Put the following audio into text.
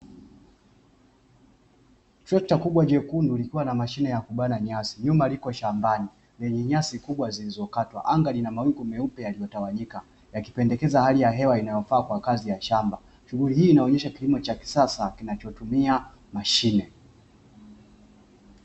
Trekta kubwa jekundu likiwa na mashine ya kubana nyasi nyuma liko shambani lenye nyasi kubwa zilizokatwa. Anga lina mawingu meupe yaliyotawanyika yakipendekeza hali ya hewa inayofaa kwa kazi ya shamba. Shughuli hii inaonyesha kilimo cha kisasa kinachotumia mashine.